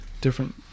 different